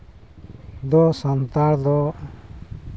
ᱫᱚ ᱥᱟᱱᱛᱟᱲ ᱫᱚ